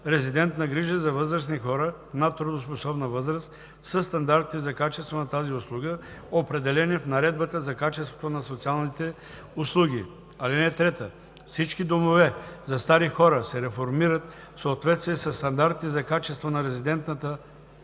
резидентна грижа за възрастни хора в надтрудоспособна възраст със стандартите за качество на тази услуга, определени в Наредбата за качеството на социалните услуги. (3) Всички домове за стари хора се реформират в съответствие със стандартите за качество на резидентната грижа